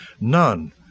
None